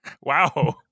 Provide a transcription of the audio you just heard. wow